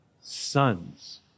sons